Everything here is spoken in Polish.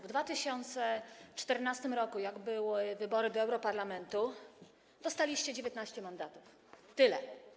W 2014 r., kiedy były wybory do Europarlamentu, dostaliście 19 mandatów, tyle.